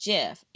Jeff